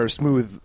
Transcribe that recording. smooth